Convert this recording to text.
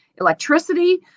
electricity